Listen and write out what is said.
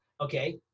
Okay